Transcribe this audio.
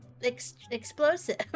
explosive